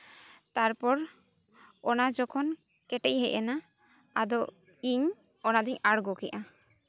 ᱛᱟᱨᱯᱚᱨ ᱚᱱᱟ ᱡᱚᱠᱷᱚᱱ ᱠᱮᱴᱮᱡ ᱦᱩᱭᱱᱟ ᱟᱫᱚ ᱤᱧ ᱚᱱᱟ ᱫᱚᱧ ᱟᱬᱜᱚ ᱠᱮᱫᱟ